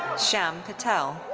shyam patel.